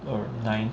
err nine